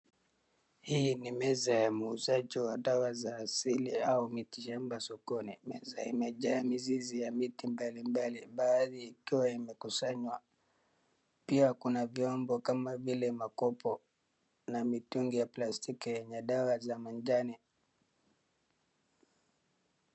Hii ni meza ya muuzaji wa dawa za asili au miti shamba sokoni na imejaa mizizi ya miti mbalimbali baadhi ikiwa imekusanywa. Pia kuna vyombo kama vile makopo na mitungi ya plastiki yenye dawa za manjano.